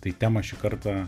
tai temą šį kartą